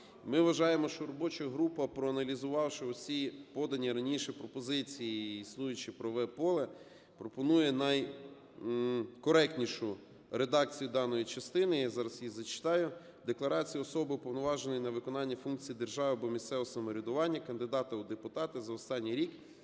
Ми вважаємо, що робоча група, проаналізувавши усі подані раніше пропозиції і існуюче правове поле, пропонує найкоректнішу редакцію даної частини, я зараз її зачитаю: "Декларація особи, уповноваженої на виконання функцій держави або місцевого самоврядування кандидата у депутати за останній рік,